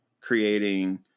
creating